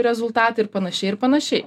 rezultatai ir panašiai ir panašiai